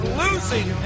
losing